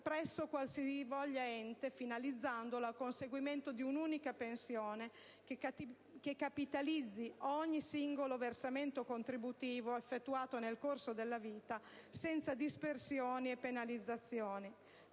presso qualsivoglia ente, finalizzandolo al conseguimento di un'unica pensione che capitalizzi ogni singolo versamento contributivo effettuato nel corso della vita, senza dispersioni e penalizzazioni.